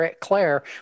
Claire